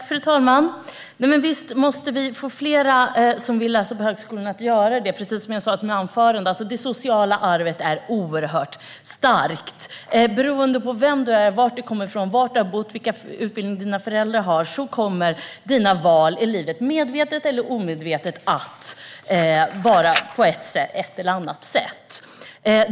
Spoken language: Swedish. Fru talman! Visst måste vi få fler som vill läsa på högskolan att göra det. Precis som jag sa i mitt anförande är det sociala arvet oerhört starkt. Beroende på vem du är, varifrån du kommer, var du har bott och vilka utbildningar dina föräldrar har kommer dina val i livet att medvetet eller omedvetet vara på ett eller annat sätt.